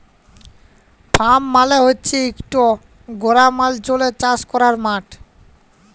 farm মালে হছে ইকট গেরামাল্চলে চাষ ক্যরার মাঠ